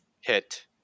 hit